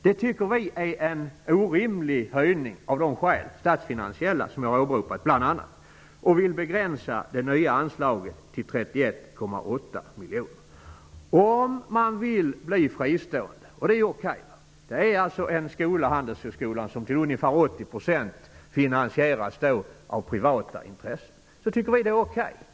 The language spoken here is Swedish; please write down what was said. Vi tycker att det är en orimlig höjning, bl.a. av de statsfinansiella skäl som jag har åberopat. Vi vill begränsa det nya anslaget till 31,8 miljoner. Handelshögskolan finansieras till ungefär 80 % av privata intressen. Vi tycker att det är okej om man vill vara fristående.